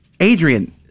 Adrian